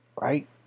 Right